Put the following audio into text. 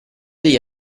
degli